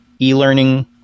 e-learning